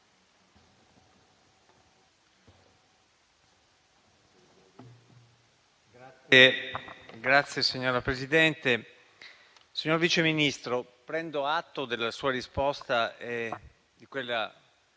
Signora Presidente, signor Vice Ministro, prendo atto della sua risposta e di quella